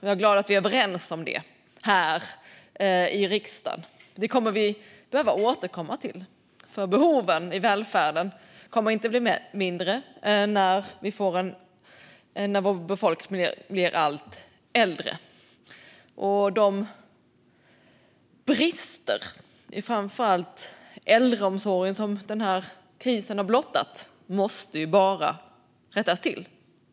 Jag är glad att vi är överens om det här i riksdagen. Vi behöver återkomma till det, för behoven i välfärden kommer inte att bli mindre när befolkningen blir allt äldre. De brister i framför allt äldreomsorgen som krisen har blottat måste bara rättas till.